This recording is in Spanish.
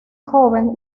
joven